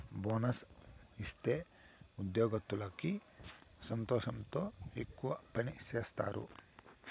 bonus ఇత్తే ఉద్యోగత్తులకి సంతోషంతో ఎక్కువ పని సేత్తారు